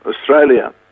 Australia